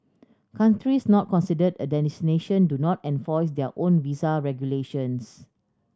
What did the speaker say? countries not considered a destination do not enforce their own visa regulations